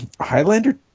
Highlander